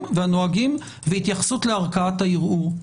והנוהגים כרגע והתייחסות לערכאת הערעור.